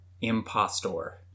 Impostor